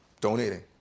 donating